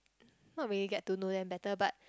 not really get to know them better but